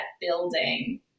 building